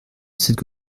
cette